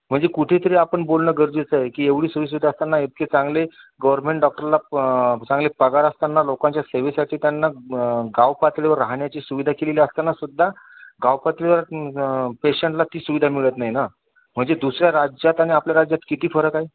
म्हणजे कुठेतरी आपण बोलणं गरजेचं आहे की एवढी सोयी सुविधा असतांना इतके चांगले गव्हर्नमेंट डॉक्टरला प चांगले पगार असतांना लोकांच्या सेवेसाठी त्यांना गावपातळीवर राहण्याची सुविधा केलेली असतानासुद्धा गावपातळीवर पेशंटला ती सुविधा मिळत नाही ना म्हणजे दुसऱ्या राज्यात आणि आपल्या राज्यात किती फरक आहे